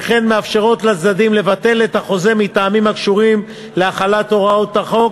וכן מאפשרות לצדדים לבטל את החוזה מטעמים הקשורים להחלת הוראות החוק